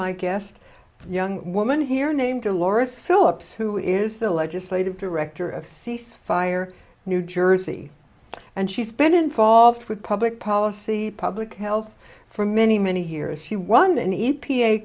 my guest young woman here named delores phillips who is the legislative director of cease fire new jersey and she's been involved with public policy public health for many many here as she won an e